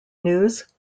news